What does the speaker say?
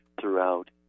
throughout